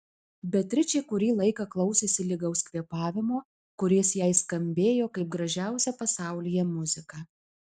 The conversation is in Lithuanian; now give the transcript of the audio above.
beatričė kurį laiką klausėsi lygaus kvėpavimo kuris jai skambėjo kaip gražiausia pasaulyje muzika